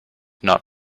not